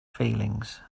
feelings